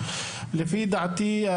לפי דעתי,